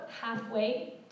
halfway